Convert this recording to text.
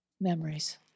memories